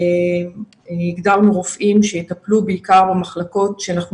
הגדרנו רופאים שיטפלו בעיקר במחלקות שאנחנו